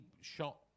shot